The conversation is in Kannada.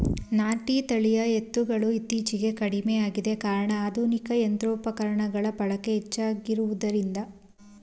ನಾಟಿ ತಳಿಯ ಎತ್ತುಗಳು ಇತ್ತೀಚೆಗೆ ಕಡಿಮೆಯಾಗಿದೆ ಕಾರಣ ಆಧುನಿಕ ಯಂತ್ರೋಪಕರಣಗಳ ಬಳಕೆ ಹೆಚ್ಚಾಗುತ್ತಿರುವುದರಿಂದ